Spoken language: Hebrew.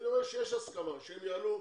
אני רואה שיש הסכמה, שהם יעלו.